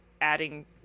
adding